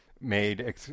made